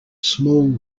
small